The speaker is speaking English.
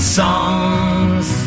songs